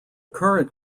current